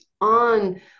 on